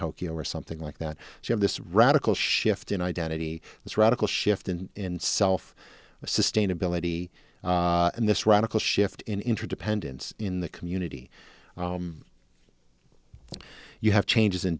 tokyo or something like that you have this radical shift in identity this radical shift in self sustainability and this radical shift in interdependence in the community you have changes in